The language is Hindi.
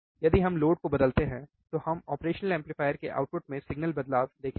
यदि हम लोड को बदलते हैं तो हम ऑपरेशनल एम्पलीफायर के आउटपुट में सिग्नल में बदलाव देखेंगे